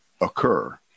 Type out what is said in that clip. occur